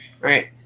Right